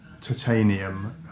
Titanium